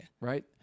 Right